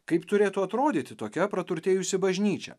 kaip turėtų atrodyti tokia praturtėjusi bažnyčia